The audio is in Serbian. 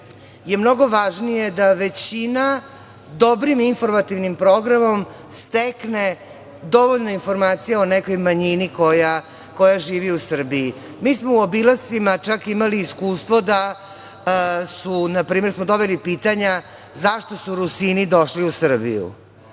je mnogo važnije da većina dobrim informativnim programom stekne dovoljno informacija o nekoj manjini koja živi u Srbiji. Mi smo u obilascima čak imali iskustvo da su, na primer, dobili smo pitanja zašto su Rusini došli u Srbiju?